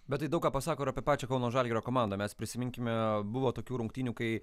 bet tai daug ką pasako ir apie pačią kauno žalgirio komandą mes prisiminkime buvo tokių rungtynių kai